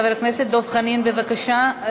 חבר הכנסת דב חנין, בבקשה.